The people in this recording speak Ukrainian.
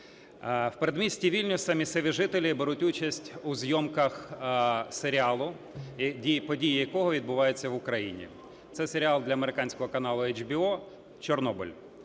В передмісті Вільнюса місцеві жителі беруть участь у зйомках серіалу події якого відбуваються в Україні. Це серіал для американського каналу HBO "Чорнобиль".